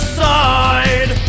side